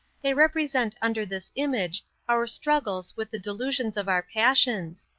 they represent under this image our struggles with the delusions of our passions.